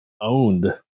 owned